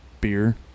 beer